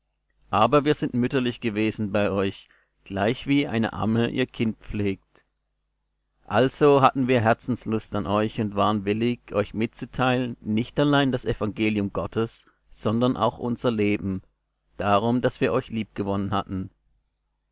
aber wir sind mütterlich gewesen bei euch gleichwie eine amme ihr kind pflegt also hatten wir herzenslust an euch und waren willig euch mitzuteilen nicht allein das evangelium gottes sondern auch unser leben darum daß wir euch liebgewonnen haben